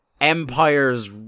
empires